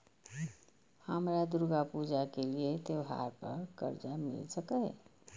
हमरा दुर्गा पूजा के लिए त्योहार पर कर्जा मिल सकय?